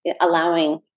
allowing